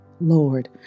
Lord